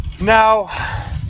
now